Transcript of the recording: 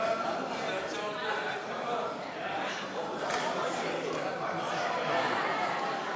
של חברי הכנסת יאיר לפיד